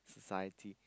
society